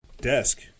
desk